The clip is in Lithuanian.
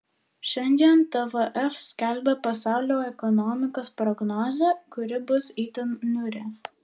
šiandien tvf skelbia pasaulio ekonomikos prognozę kuri bus itin niūri